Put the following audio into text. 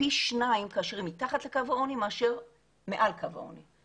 פי 2 כאשר היא מתחת לקו העוני מאשר מעל קו העוני.